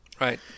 Right